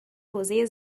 حوزه